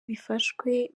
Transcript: bifashwe